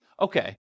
okay